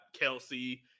Kelsey